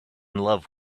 love